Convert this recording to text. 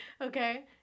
okay